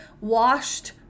washed